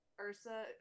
ursa